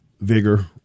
vigor